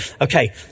Okay